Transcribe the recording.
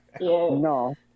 No